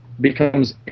becomes